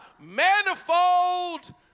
manifold